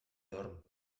dorm